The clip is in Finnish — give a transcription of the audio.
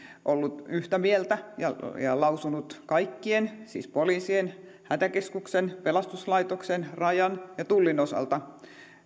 ollut yhtä mieltä ja ja lausunut kaikkien siis poliisien hätäkeskuksen pelastuslaitoksen rajan ja tullin osalta